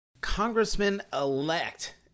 Congressman-elect